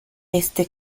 este